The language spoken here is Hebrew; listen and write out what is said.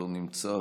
לא נמצא,